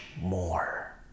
more